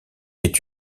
est